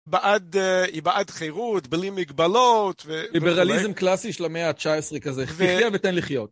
היא בעד חירות, בלי מגבלות. ליברליזם קלאסי של המאה ה-19 כזה, תחייה ותן לחיות.